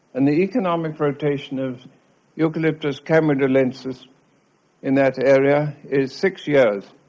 and the economic rotation of eucalyptus camaldulensis in that area is six years,